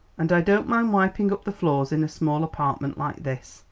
and i don't mind wiping up the floors in a small apartment like this.